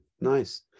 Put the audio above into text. nice